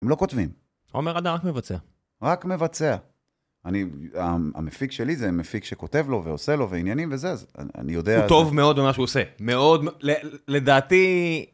הם לא כותבים. עומר אדם רק מבצע. רק מבצע. המפיק שלי זה מפיק שכותב לו ועושה לו ועניינים וזה. אז אני יודע... הוא טוב מאוד במה שהוא עושה. מאוד, לדעתי...